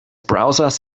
browsers